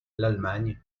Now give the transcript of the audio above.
l’allemagne